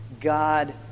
God